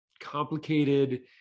complicated